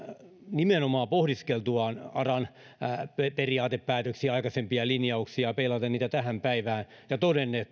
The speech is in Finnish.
nimenomaan pohdiskeltuaan aran periaatepäätöksiä ja aikaisempia linjauksia peilaten niitä tähän päivään todennut